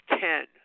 ten